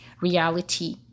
reality